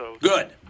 Good